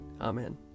Amen